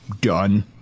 done